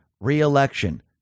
re-election